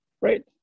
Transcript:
right